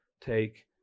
take